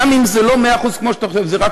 גם אם זה לא 100% כמו שאתה חושב וזה רק